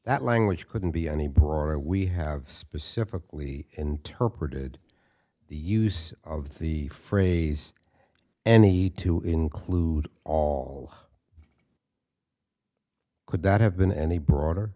that language couldn't be any broader we have specifically interpreted the use of the phrase and he to include all could that have been any broader